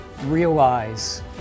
Realize